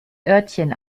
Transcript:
örtchen